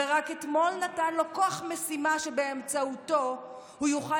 ורק אתמול נתן לו כוח משימה שבאמצעותו הוא יוכל